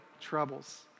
troubles